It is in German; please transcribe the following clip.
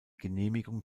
genehmigung